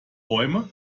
bäume